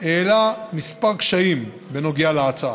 העלה כמה קשיים בנוגע להצעה,